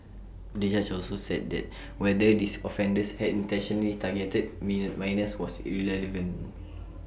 the judge also said that whether these offenders had intentionally targeted minors was irrelevant